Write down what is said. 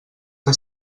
que